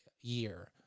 year